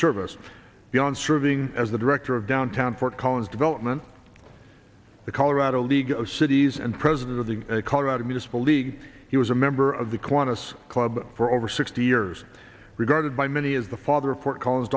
service beyond serving as the director of downtown fort collins development the colorado league of cities and president of the colorado municipal league he was amber of the quantised club for over sixty years regarded by many as the father of port call